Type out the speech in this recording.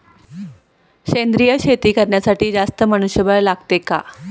सेंद्रिय शेती करण्यासाठी जास्त मनुष्यबळ लागते का?